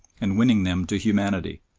and winning them to humanity.